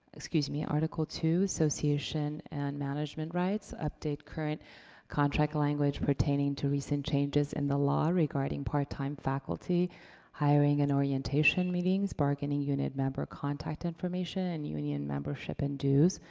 excuse me, article two, association and management rights. update current contract language pertaining to recent changes in the law regarding part-time faculty hiring and orientation meetings, bargaining unit member contact information, and union membership and dues.